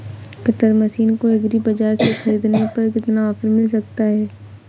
Cutter machine को agri बाजार से ख़रीदने पर कितना ऑफर मिल सकता है?